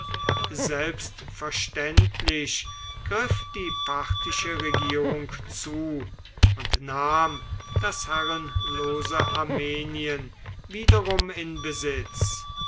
selbstverständlich griff die parthische regierung zu und nahm das herrenlose armenien wiederum in besitz